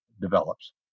develops